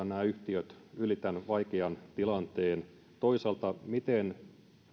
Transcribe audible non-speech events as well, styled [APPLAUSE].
[UNINTELLIGIBLE] nämä yhtiöt yli tämän vaikean tilanteen toisaalta siitä miten